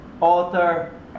author